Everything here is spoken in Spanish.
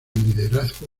liderazgo